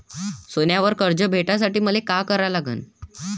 सोन्यावर कर्ज भेटासाठी मले का करा लागन?